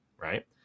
right